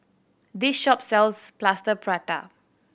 this shop sells Plaster Prata